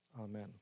Amen